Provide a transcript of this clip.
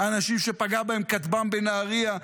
אנשים שפגע בהם כטב"מ בנהרייה.